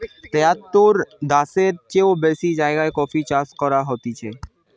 তেয়াত্তর দ্যাশের চেও বেশি জাগায় কফি চাষ করা হতিছে